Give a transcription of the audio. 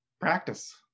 practice